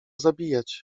zabijać